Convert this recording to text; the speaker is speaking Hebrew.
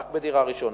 רק בדירה ראשונה,